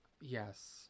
yes